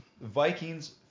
Vikings